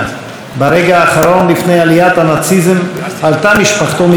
ברגע האחרון לפני עליית הנאציזם עלתה משפחתו מגרמניה.